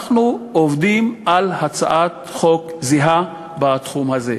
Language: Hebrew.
אנחנו עובדים על הצעת חוק זהה בתחום הזה.